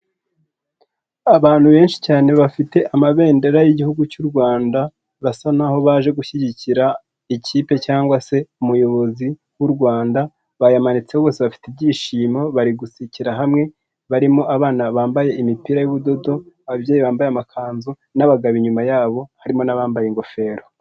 Abantu benshi cyane bafite amabendera y'Igihugu cy'u Rwanda basa n'aho baje gushyigikira ikipe cyangwa se umuyobozi w'u Rwanda, bayamanitseho bose bafite ibyishimo, bari gusekera hamwe, barimo abana bambaye imipira y'ubudodo, ababyeyi bambaye amakanzu n'abagabo inyuma yabo harimo n'abambaye ingofero.